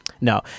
No